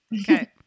okay